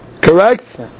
correct